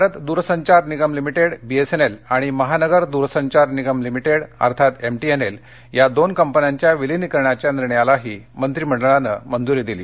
Bharat Dursanchar Nigam limited BSNL आणि Mahanagar Doorsanchar Nigam limited MTNL या दोन कंपन्यांच्या विलीनीकरणाच्या निर्णयालाही मंत्रीमंडळानं मंजूरी दिली